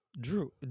Drew